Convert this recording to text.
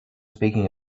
speaking